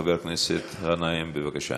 חבר הכנסת גנאים, בבקשה.